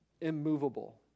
immovable